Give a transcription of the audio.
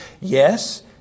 Yes